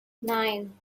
nine